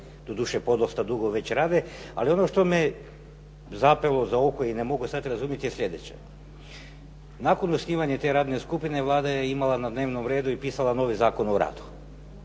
Doduše, podosta dugo već rade. Ali ono što mi je zapelo za oko i ne mogu sad razumjeti je sljedeće. Nakon osnivanja te radne skupine Vlada je imala na dnevnom redu i pisala novi Zakon o radu.